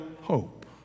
hope